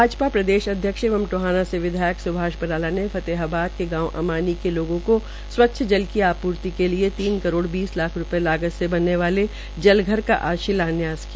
भाजपा प्रदेश अध्यक्ष एवं टोहाना से विधायक स्भाष बराला ने फतेहाबाद के अमानी के लोगों को स्वच्छ जल की आपूर्ति के लिए तीन करोड़ बीस लाख रूपये की लगात से बननेवाले जलघर का आज शिलान्यास किया